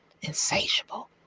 Insatiable